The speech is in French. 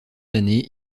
années